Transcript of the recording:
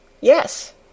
Yes